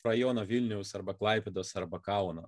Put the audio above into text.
rajoną vilniaus arba klaipėdos arba kauno